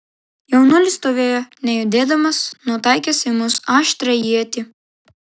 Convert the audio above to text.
jaunuolis stovėjo nejudėdamas nutaikęs į mus aštrią ietį